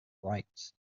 bright